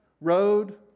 road